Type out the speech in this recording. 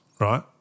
right